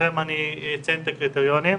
ברשותכם אציין את הקריטריונים.